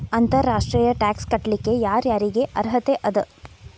ಅಂತರ್ ರಾಷ್ಟ್ರೇಯ ಟ್ಯಾಕ್ಸ್ ಕಟ್ಲಿಕ್ಕೆ ಯರ್ ಯಾರಿಗ್ ಅರ್ಹತೆ ಅದ?